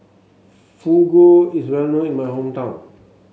fugu is well known in my hometown